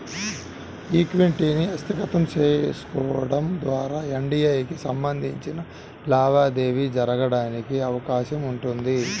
ఈక్విటీని హస్తగతం చేసుకోవడం ద్వారా ఎఫ్డీఐకి సంబంధించిన లావాదేవీ జరగడానికి అవకాశం ఉంటుంది